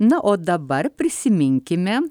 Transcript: na o dabar prisiminkime